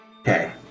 Okay